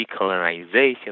decolonization